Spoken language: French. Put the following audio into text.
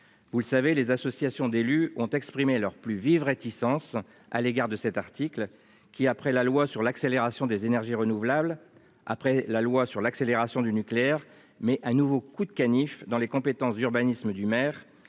vous le savez, les associations d'élus ont exprimé leurs plus vives réticences à l'égard de cet article qui après la loi sur l'accélération des énergies renouvelables. Après la loi sur l'accélération du nucléaire, mais un nouveau coup de canif dans les compétences d'urbanisme du maire